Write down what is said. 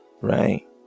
Right